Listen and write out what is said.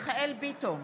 מיכאל מרדכי ביטון,